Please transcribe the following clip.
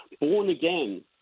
born-again